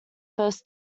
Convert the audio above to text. first